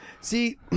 See